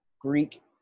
greek